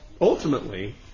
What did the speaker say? ultimately